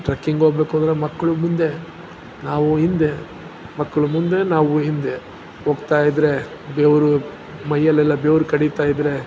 trekking ಹೋಗ್ಬೇಕು ಅಂದರೆ ಮಕ್ಕಳು ಮುಂದೆ ನಾವು ಹಿಂದೆ ಮಕ್ಕಳು ಮುಂದೆ ನಾವು ಹಿಂದೆ ಹೋಗ್ತಾಯಿದ್ರೆ ಬೆವರು ಮೈಯಲ್ಲೆಲ್ಲ ಬೆವ್ರು ಕಡಿತಾಯಿದ್ದರೆ